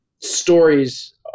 stories